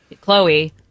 chloe